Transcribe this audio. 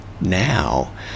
now